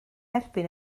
erbyn